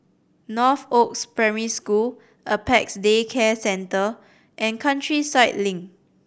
Northoaks Primary School Apex Day Care Centre and Countryside Link